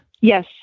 Yes